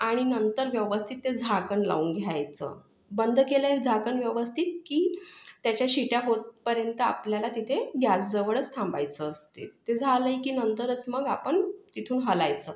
आणि नंतर व्यवस्थित ते झाकण लावून घ्यायचं बंद केलंय झाकण व्यवस्थित की त्याच्या शिट्या होतपर्यंत आपल्याला तिथे घॅसजवळच थांबायचं असते ते झालंय की नंतरच मग आपण तिथून हलायचं